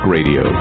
Radio